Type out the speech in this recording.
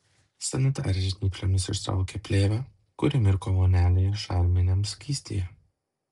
sanitarė žnyplėmis ištraukė plėvę kuri mirko vonelėje šarminiam skystyje